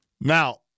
now